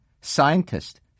scientist